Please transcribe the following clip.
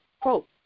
quote